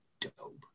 dope